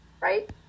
right